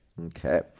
Okay